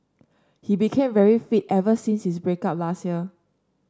he became very fit ever since his break up last year